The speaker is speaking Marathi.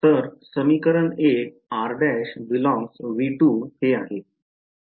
तर समीकरण १ r'∈V2 हे आहे